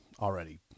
already